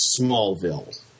Smallville